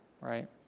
right